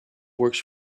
works